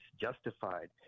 justified